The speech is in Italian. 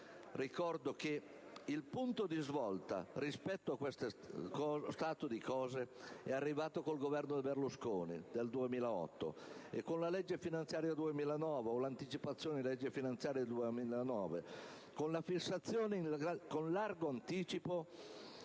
Ricordo che il punto di svolta rispetto a questo stato di cose è arrivato con il Governo Berlusconi, dal 2008, e con la legge finanziaria 2009 - o l'anticipazione della legge finanziaria 2009 - con la fissazione